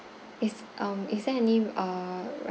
is um is there any uh